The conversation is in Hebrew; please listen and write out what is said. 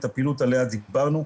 טיפול מותנה,